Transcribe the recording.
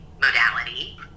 modality